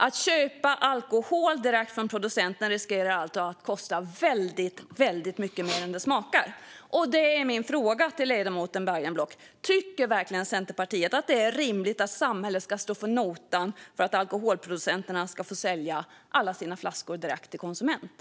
Att köpa alkohol direkt från producenten riskerar alltså att kosta väldigt mycket mer än det smakar. Min fråga till ledamoten Bergenblock är: Tycker verkligen Centerpartiet att det är rimligt att samhället ska stå för notan för att alkoholproducenterna ska få sälja sina flaskor direkt till konsumenten?